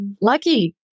lucky